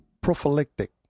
prophylactic